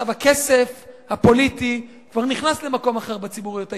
עכשיו הכסף הפוליטי כבר נכנס למקום אחר בציבוריות הישראלית.